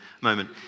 moment